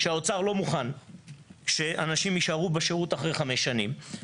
שהאוצר לא מוכן שאנשים יישארו בשירות אחרי חמש שנים.